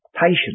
patient